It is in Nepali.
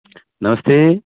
नमस्ते